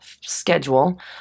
schedule